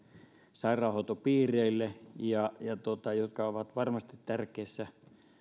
sairaanhoitopiireille jotka ovat varmasti tärkeässä